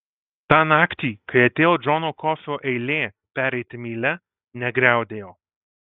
tą naktį kai atėjo džono kofio eilė pereiti mylia negriaudėjo